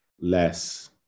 less